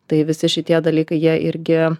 tai visi šitie dalykai jie irgi